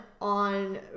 on